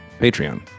Patreon